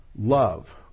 Love